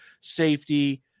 safety